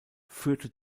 führte